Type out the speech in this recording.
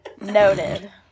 Noted